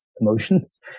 emotions